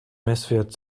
messwert